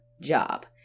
job